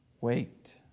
Wait